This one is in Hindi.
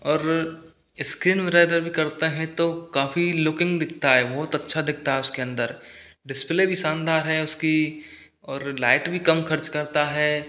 और स्क्रीन भी करता है तो काफ़ी लुकिंग दिखता है बहुत अच्छा दिखता है उसके अंदर डिस्प्ले भी शानदार है उसकी और लाइट भी कम खर्च करता है